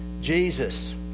Jesus